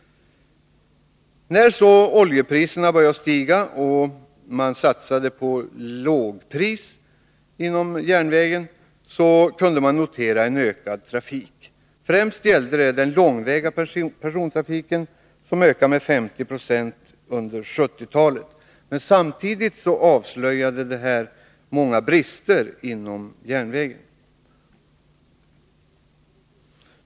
När sedan oljepriserna började stiga och man satsade på lågpris inom SJ kunde man notera en ökad trafik. Främst gällde det den långväga persontrafiken, som ökade med 50 26 under 1970-talet. Samtidigt avslöjades många brister inom SJ.